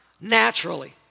naturally